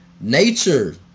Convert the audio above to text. Nature